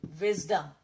wisdom